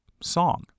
Song